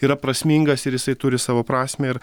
yra prasmingas ir jisai turi savo prasmę ir